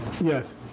Yes